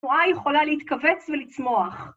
תנועה יכולה להתכווץ ולצמוח.